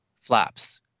Flaps